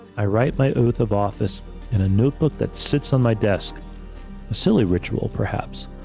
i write my oath of office in a notebook that sits on my desk. a silly ritual, perhaps,